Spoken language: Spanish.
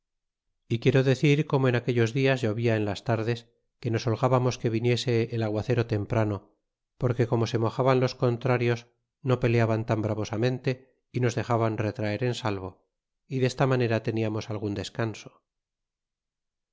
de este imperio como en aquellos dias ilovia en las tardes que nos holgábamos que viniese el aguacero temprano porque como se mojaban los contrarios no peleaban tan bravosamente y nos dexaban retraer en salvo y desta manera teniarnos algun descanso